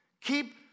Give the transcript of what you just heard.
Keep